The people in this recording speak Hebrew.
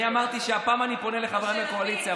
אני אמרתי שהפעם אני פונה לחבריי מהקואליציה,